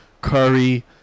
curry